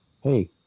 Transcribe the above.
Hey